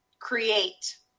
create